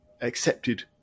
accepted